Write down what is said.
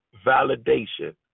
validation